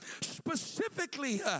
specifically